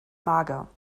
mager